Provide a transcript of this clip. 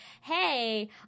hey